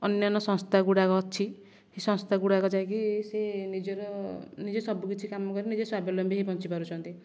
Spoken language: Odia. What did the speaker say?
ଅନ୍ୟାନ୍ୟ ସଂସ୍ଥା ଗୁଡ଼ାକ ଅଛି ହେ ସଂସ୍ଥା ଗୁଡ଼ାକ ଯାଇକି ସେ ନିଜର ନିଜେ ସବୁକିଛି କାମ କରି ନିଜେ ସ୍ୱାବଲମ୍ବୀ ହୋଇ ବଞ୍ଚି ପାରୁଛନ୍ତି